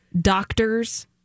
Doctors